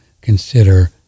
consider